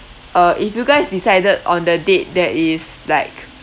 uh if you guys decided on the date that is like